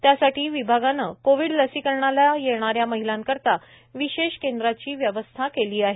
त्यासाठी विभागाने कोविड लसीकरणाला येणाऱ्या महिलांकरीता विशेष केंद्रांची व्यवस्था केली आहे